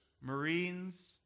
marines